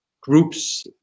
groups